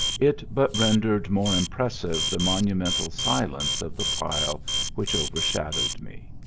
it but rendered more impressive the monumental silence of the pile which overshadowed me.